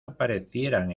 aparecieran